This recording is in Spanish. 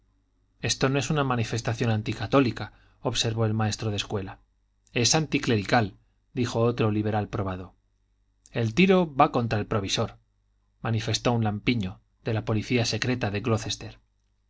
esto no es una manifestación anti católica observó el maestro de escuela es anti clerical dijo otro liberal probado el tiro va contra el provisor manifestó un lampiño de la policía secreta de